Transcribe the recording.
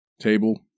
table